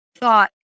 thought